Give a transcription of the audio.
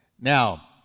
Now